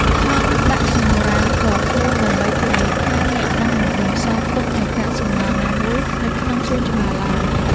ថង់ដាក់សម្រាមផ្ទាល់ខ្លួន ដើម្បីធានាថាអ្នកនឹងមិនបន្សល់ទុកនូវកាកសំណល់ណាមួយនៅក្នុងសួនច្បារឡើយ។